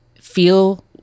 feel